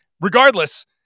regardless